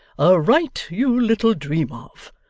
a right you little dream of.